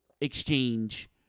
exchange